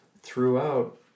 throughout